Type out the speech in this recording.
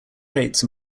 crates